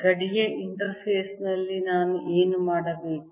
ಗಡಿಯ ಇಂಟರ್ಫೇಸ್ನಲ್ಲಿ ನಾನು ಏನು ಮಾಡಬೇಕು